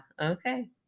Okay